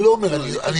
אני